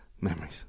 memories